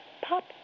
pop